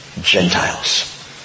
Gentiles